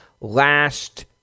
last